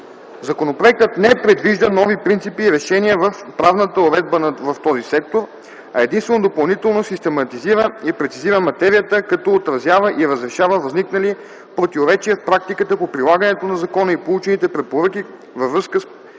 Законопроектът не въвежда нови принципи и решения в правната уредба в този сектор, а единствено допълнително систематизира и прецизира материята, като отразява и разрешава възникнали противоречия в практиката по прилагането на закона и получените препоръки във връзка